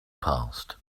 passed